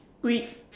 green